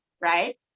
right